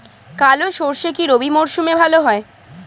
কালো সরষে কি রবি মরশুমে ভালো হয়?